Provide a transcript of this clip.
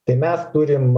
tai mes turim